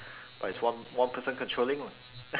but it's one one person controlling lah